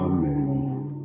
Amen